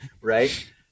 right